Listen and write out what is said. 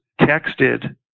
texted